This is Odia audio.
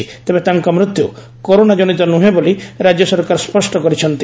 ଡେବେ ତାଙ୍କ ମୃତ୍ୟୁ କରୋନା କନିତ ନୁହେଁ ବୋଲି ରାଜ୍ୟ ସରକାର ସ୍କଷ୍ଟ କରିଛନ୍ତି